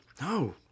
no